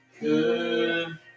good